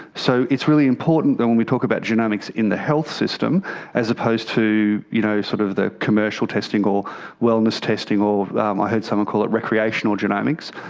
so it's really important and when we talk about genomics in the health system as opposed to you know sort of the commercial testing or wellness testing, or um i heard someone call into recreational genomics.